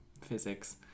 physics